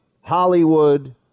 Hollywood